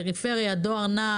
פריפריה דואר נע